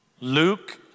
Luke